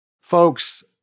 Folks